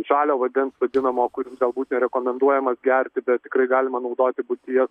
žalio vandens vadinamo kuris galbūt rekomenduojamas gerti bet tikrai galima naudoti buities